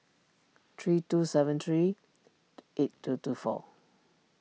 three two seven three eight two two four